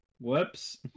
Whoops